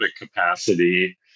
capacity